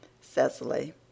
Cecily